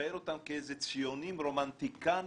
ולצייר אותם כציונים רומנטיקנים